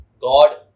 God